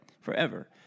Forever